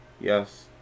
yes